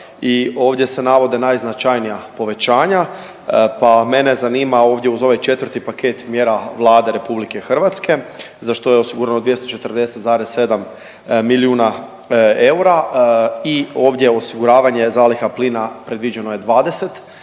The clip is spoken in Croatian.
I ovdje se navode najznačajnija povećanja, pa mene zanima ovdje uz ovaj četvrti paket mjera Vlade RH za što je osigurano 240,7 milijuna eura i ovdje osiguravanje zaliha plina predviđeno je 20